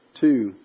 two